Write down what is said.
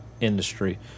industry